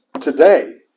today